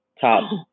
top